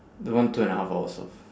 they want two and a half hours of